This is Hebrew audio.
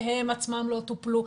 שהם עצמם לא טופלו.